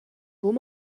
buca